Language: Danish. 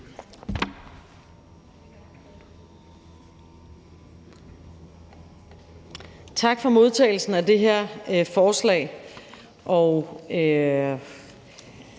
Tak for modtagelsen af det her forslag.